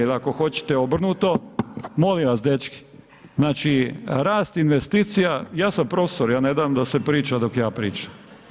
Jer ako hoćete obrnuto, molim vas dečki, znači rast investicija, ja sam profesor, ja ne dam da se priča dok ja pričam.